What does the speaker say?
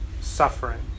suffering